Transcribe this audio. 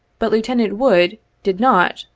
but lieutenant wood did not,